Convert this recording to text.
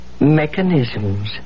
mechanisms